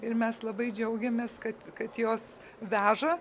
ir mes labai džiaugiamės kad kad jos veža